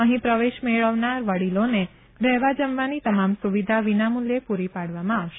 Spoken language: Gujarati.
અહી પ્રવેશ મેળવનાર વડીલોને રહેવા જમવાની તમામ સુવિધા વિના મુલ્યે પુરી પાડવામાં આવશે